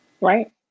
right